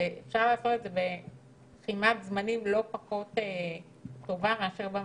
אפשר לעשות את זה בזמנים לא פחות טובים מאשר בממשלה.